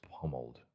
pummeled